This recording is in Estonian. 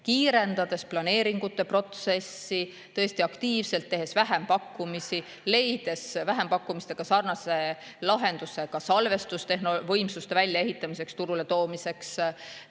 kiirendades planeeringute protsessi tõesti aktiivselt, tehes vähempakkumisi, leides vähempakkumistega sarnaseid lahendusi salvestusvõimsuste väljaehitamiseks, turule toomiseks,